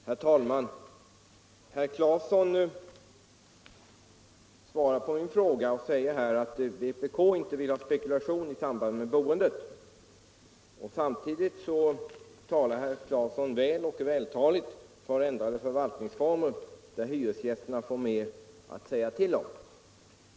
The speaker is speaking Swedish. Herr talman! Herr Claeson svarar på en fråga att vpk inte vill ha spekulation i samband med boendet. Samtidigt talar han vältaligt för ändrade förvaltningsformer, där hyresgästerna får mer att säga till om.